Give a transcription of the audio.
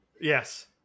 yes